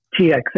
TXA